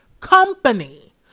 company